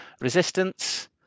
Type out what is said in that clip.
Resistance